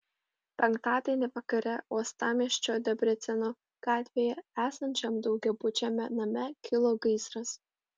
penktadienį vakare uostamiesčio debreceno gatvėje esančiam daugiabučiame name kilo gaisras